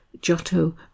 Giotto